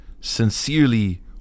sincerely